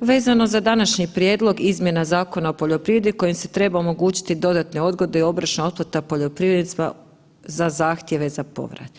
vezano za današnji prijedlog izmjena Zakona o poljoprivredi kojim se treba omogućiti dodatne odgode i obročna otplata poljoprivrednicima za zahtjeve za povrat.